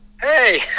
Hey